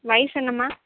வயசு என்னம்மா